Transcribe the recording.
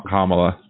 Kamala